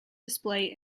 display